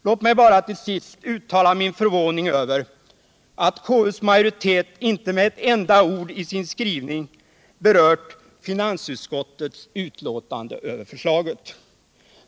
Låt mig bara till sist uttala min förvåning över att konstitutionsutskottets majoritet inte med ett enda ord i sin skrivning berört finansutskottets yttrande över förslaget.